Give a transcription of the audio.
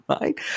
right